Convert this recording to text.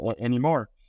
anymore